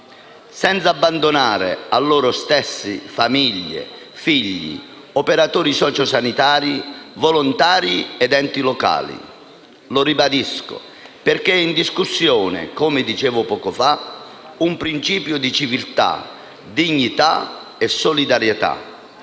senza abbandonare a loro stessi famiglie, figli, operatori socio sanitari, volontari ed enti locali. Lo ribadisco perché è in discussione, come dicevo poco fa, un principio di civiltà, dignità e solidarietà.